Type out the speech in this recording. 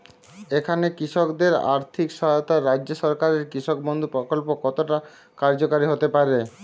এখানে কৃষকদের আর্থিক সহায়তায় রাজ্য সরকারের কৃষক বন্ধু প্রক্ল্প কতটা কার্যকরী হতে পারে?